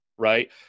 Right